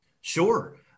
Sure